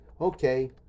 Okay